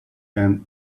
and